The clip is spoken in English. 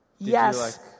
Yes